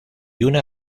una